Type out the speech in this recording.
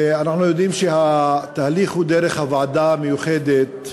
ואנחנו יודעים שהתהליך הוא דרך הוועדה המיוחדת